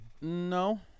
No